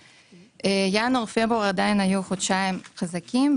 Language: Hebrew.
ינואר, פברואר, עדיין היו חודשיים חזקים.